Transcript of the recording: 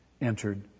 entered